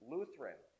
Lutheran